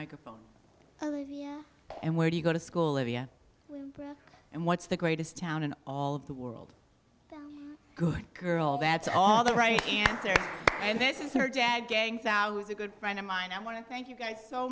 microphone and where do you go to school area and what's the greatest town in all of the world good girl that's all the right answer and this is her dad gangs out was a good friend of mine i want to thank you